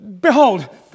behold